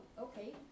Okay